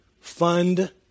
fund